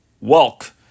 walk